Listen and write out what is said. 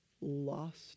lost